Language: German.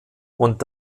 und